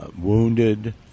wounded